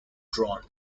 drawn